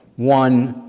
one,